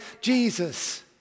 Jesus